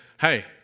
Hey